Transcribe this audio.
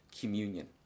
communion